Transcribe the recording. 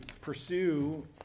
pursue